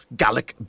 gallic